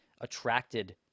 attracted